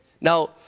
Now